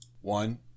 One